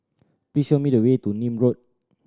please show me the way to Nim Road